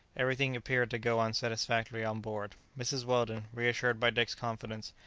everything appeared to go on satisfactorily on board. mrs. weldon, reassured by dick's confidence,